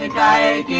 ah guy ah